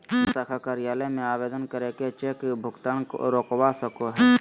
bank शाखा कार्यालय में आवेदन करके चेक भुगतान रोकवा सको हय